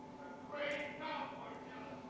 great cowboy killer.